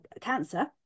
cancer